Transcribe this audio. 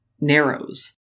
narrows